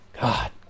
God